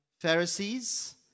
Pharisees